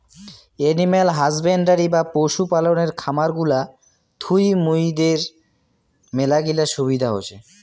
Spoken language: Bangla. এনিম্যাল হাসব্যান্ডরি বা পশু পালনের খামার গুলা থুই মুইদের মেলাগিলা সুবিধা হসে